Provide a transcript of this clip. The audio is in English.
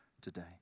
today